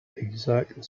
exact